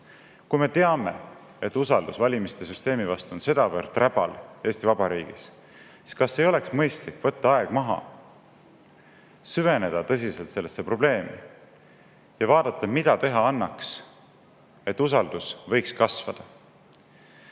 Kui me teame, et usaldus valimiste süsteemi vastu Eesti Vabariigis on sedavõrd räbal, siis kas ei oleks mõistlik võtta aeg maha, süveneda tõsiselt sellesse probleemi ja vaadata, mida teha annaks, et usaldus võiks kasvada?